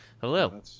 hello